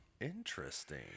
Interesting